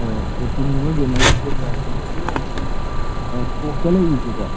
ꯑꯣ ꯄ꯭ꯔꯣꯇꯤꯟꯒꯨꯝꯕ ꯒꯦꯟꯅꯔꯒꯨꯝꯕꯒꯤ ꯕ꯭ꯔꯥꯟꯁꯦ ꯍꯧꯖꯤꯛꯀꯤ ꯑꯣꯏꯅꯗꯤ ꯇꯣꯞꯇ ꯂꯩꯔꯤꯁꯦꯀꯣ